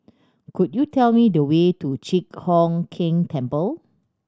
could you tell me the way to Chi Hock Keng Temple